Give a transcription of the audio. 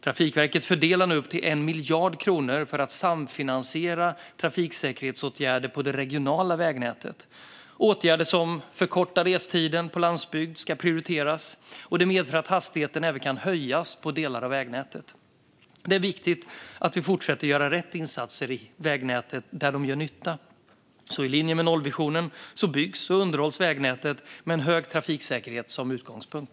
Trafikverket fördelar nu upp till 1 miljard kronor för att samfinansiera trafiksäkerhetsåtgärder på det regionala vägnätet. Åtgärder som förkortar restiden på landsbygd ska prioriteras. Det medför att hastigheten även kan höjas på delar av vägnätet. Det är viktigt att vi fortsätter att göra rätt insatser i vägnätet där de gör nytta. I linje med nollvisionen byggs och underhålls vägnätet med en hög trafiksäkerhet som utgångspunkt.